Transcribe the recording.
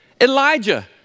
Elijah